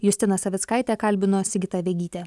justiną savickaitę kalbino sigita vegytė